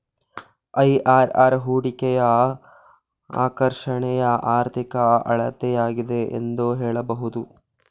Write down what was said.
IRR ಹೂಡಿಕೆಯ ಆಕರ್ಷಣೆಯ ಆರ್ಥಿಕ ಅಳತೆಯಾಗಿದೆ ಎಂದು ಹೇಳಬಹುದು